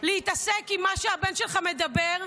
להתעסק עם מה שהבן שלך מדבר,